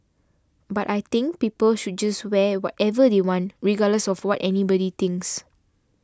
but I think people should just wear whatever they want regardless of what anybody thinks